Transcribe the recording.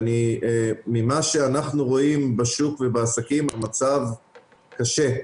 ממה שאנחנו רואים בשוק ובעסקים, המצב קשה.